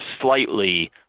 slightly